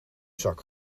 zak